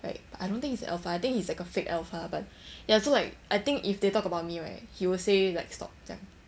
like but I don't think he's a alpha I think he's like a fake alpha but ya so like I think if they talk about me right he will say like stop 这样